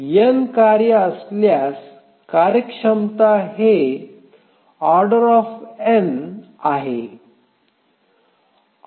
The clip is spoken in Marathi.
n कार्ये असल्यास त्याची कार्यक्षमता हे O आहे